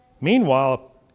meanwhile